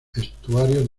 estuarios